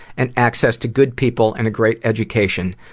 and access to good people and a great education.